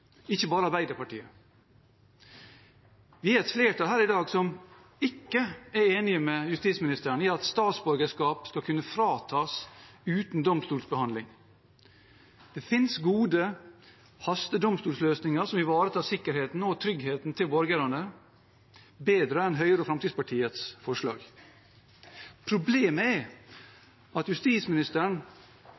ikke bare Arbeiderpartiet. Vi er et flertall her i dag som ikke er enig med justisministeren i at statsborgerskap skal kunne fratas uten domstolsbehandling. Det finnes gode hastedomstolsløsninger som ivaretar sikkerheten og tryggheten til borgerne bedre enn Høyre og Fremskrittspartiets forslag. Problemet er at justisministeren